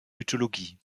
mythologie